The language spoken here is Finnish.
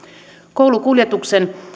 koulukuljetuksen